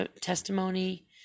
testimony